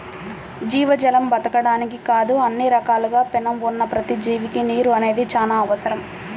జీవజాలం బతకడానికే కాదు అన్ని రకాలుగా పేణం ఉన్న ప్రతి జీవికి నీరు అనేది చానా అవసరం